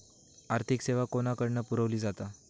आर्थिक सेवा कोणाकडन पुरविली जाता?